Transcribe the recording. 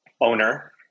owner